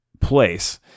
place